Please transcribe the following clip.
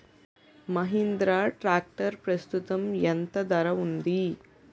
Mahindra tractor ప్రస్తుతం ఎంత ధర ఉంది?